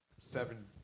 seven